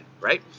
right